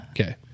Okay